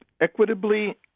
equitably